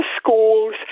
schools